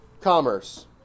commerce